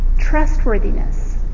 trustworthiness